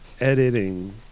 editing